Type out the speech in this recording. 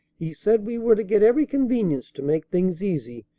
he said we were to get every convenience to make things easy,